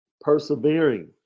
persevering